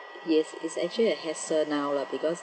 yes it's actually a hassle now lah because